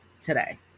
today